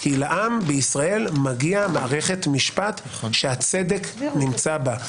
כי לעם בישראל מגיעה מערכת משפט שהצדק נמצא בה.